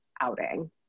outing